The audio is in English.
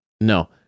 No